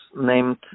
named